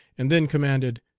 and then commanded,